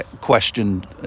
questioned